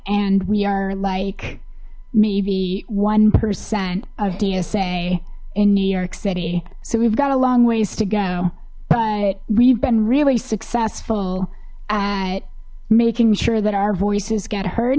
and we are like maybe one percent of dsa in new york city so we've got a long ways to go but we've been really successful at making sure that our voices get h